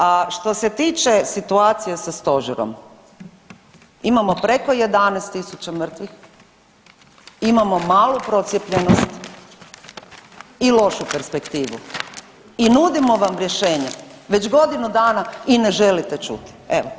A što se tiče situacije sa stožerom, imamo preko 11 tisuća mrtvih, imamo malu procijepljenost i lošu perspektivu i nudimo vam rješenje već godinu dana i ne želite čuti, evo.